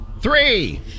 Three